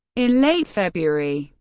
in late february,